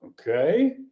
okay